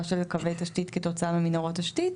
של קווי תשתית כתוצאה ממנהרות תשתית.